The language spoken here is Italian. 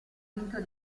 vinto